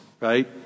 right